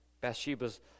Bathsheba's